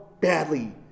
badly